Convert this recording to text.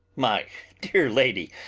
my dear lady,